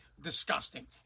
disgusting